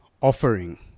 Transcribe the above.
offering